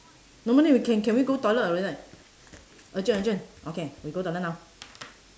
no more then we can can we go toilet already right urgent urgent okay we go toilet now